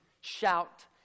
shout